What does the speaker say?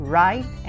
right